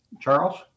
Charles